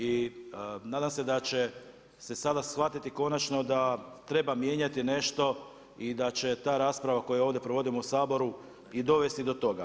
I nadam se da će se sada shvatiti konačno da treba mijenjati nešto i da će ta rasprava koju ovdje provodim u Saboru i dovesti do toga.